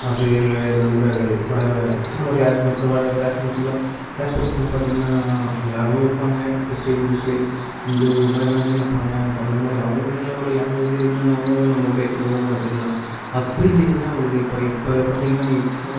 ஆசிரியர்கள் இல்லை நண்பர்கள் வட நம்ம கிளாஸ் மேட்ஸ்ஸு வர கிளாஸ் மேட்ஸ் எல்லாம் கிளாஸ் பசங்க பார்த்திங்கன்னா எல்லாரும் இருப்பாங்க கிறிஸ்ட்டின் முஸ்லீம் ஹிந்து இது மாதிரி எல்லாருமே இருப்பாங்க அதுக்கு தகுந்த மாதிரி அவங்களோட லாங்குவேஜ் என்னென்னவோ அதை நம்ம அப்படியே கொஞ்சம் கொஞ்சமாக கற்றுக்கலாம் அப்படியும் இல்லைங்களா உங்களுக்கு இப்போ இப்போ பார்த்திங்கன்னா இப்போ